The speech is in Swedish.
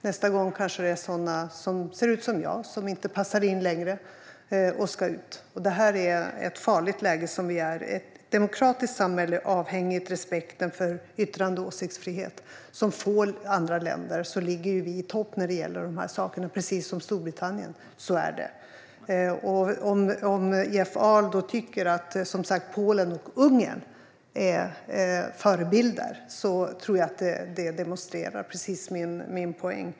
Nästa gång kanske det är sådana som ser ut som jag som inte passar in längre och ska ut. Det är ett farligt läge vi är i. Ett demokratiskt samhälle är avhängigt respekten för yttrandefrihet och åsiktsfrihet. Som få andra länder ligger vi i topp när det gäller de här sakerna, precis som Storbritannien. Så är det. Om Jeff Ahl i stället tycker att Polen och Ungern är förebilder demonstrerar det min poäng.